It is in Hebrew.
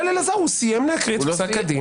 אלעזר, הוא סיים להקריא את פסק הדין.